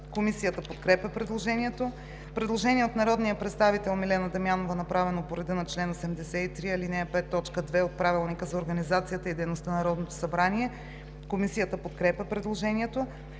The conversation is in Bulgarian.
Комисията подкрепя предложението. Предложение от народния представител Милена Дамянова, направено по реда на чл. 83, ал. 5, т. 2 от Правилника за организацията и дейността на Народното събрание. Комисията подкрепя предложението.